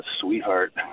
sweetheart